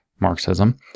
Marxism